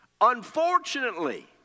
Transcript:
Unfortunately